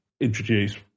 introduce